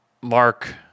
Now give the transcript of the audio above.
Mark